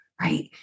right